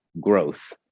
growth